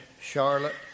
Charlotte